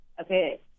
Okay